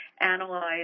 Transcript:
analyze